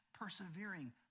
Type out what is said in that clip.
persevering